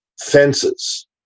fences